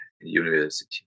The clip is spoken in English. university